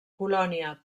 colònia